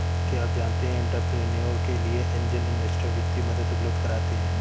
क्या आप जानते है एंटरप्रेन्योर के लिए ऐंजल इन्वेस्टर वित्तीय मदद उपलब्ध कराते हैं?